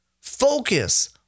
Focus